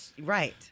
Right